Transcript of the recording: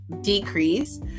decrease